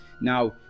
now